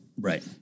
Right